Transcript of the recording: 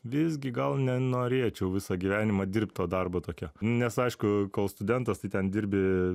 visgi gal nenorėčiau visą gyvenimą dirbt to darbo tokio nes aišku kol studentas tai ten dirbi